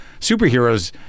superheroes